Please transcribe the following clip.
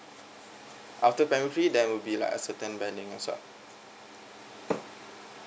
after primary three there will be like a certain banding as well